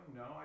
no